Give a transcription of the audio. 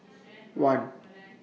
one